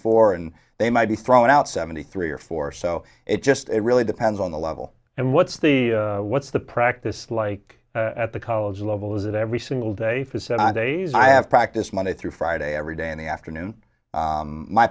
four and they might he's thrown out seventy three or four so it just it really depends on the level and what's the what's the practice like at the college level is it every single day for said i days i have practice monday through friday every day in the afternoon